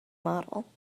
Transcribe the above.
model